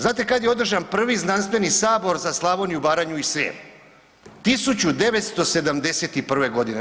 Znate kad je održan prvi znanstveni sabor za Slavoniju, Baranju i Srijem 1971. godine.